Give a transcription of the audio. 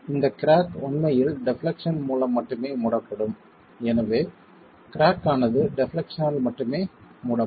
இந்த கிராக் உண்மையில் டெப்லெக்சன் மூலம் மட்டுமே மூடப்படும் எனவே கிராக் ஆனது டெப்லெக்சன் ஆல் மட்டுமே மூடப்படும்